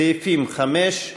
סעיפים 5 7, כהצעת הוועדה, נתקבלו.